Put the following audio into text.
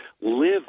live